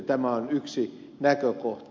tämä on yksi näkökohta